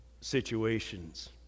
situations